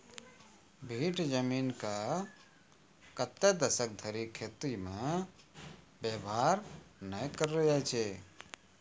भीठ जमीन के कतै दसक धरि खेती मे वेवहार नै करलो जाय छै